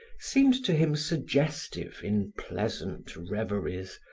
seemed to him suggestive in pleasant reveries.